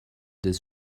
this